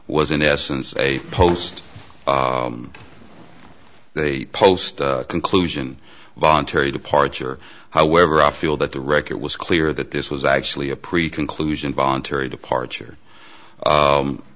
was in essence a post they post conclusion voluntary departure however i feel that the record was clear that this was actually a pretty conclusion voluntary departure